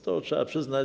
To trzeba przyznać.